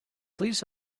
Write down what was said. please